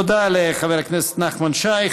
תודה לחבר הכנסת נחמן שי.